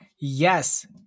yes